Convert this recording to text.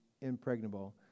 impregnable